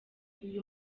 uyu